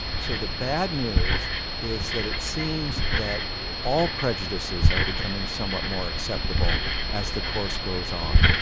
so the bad news is that it seems that all prejudices are becoming somewhat more acceptable as the course goes on